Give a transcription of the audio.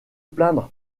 plaindre